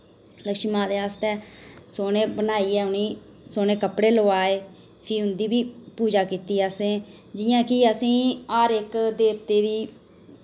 लक्ष्मी माते आस्तै सोह्ने बनाइयै उ'ने सोह्ने कपड़े लोआए फ्ही उंदी बी पूजा कीती असें जियां कि असें हर इक देवते दी